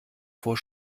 vor